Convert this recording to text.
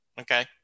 Okay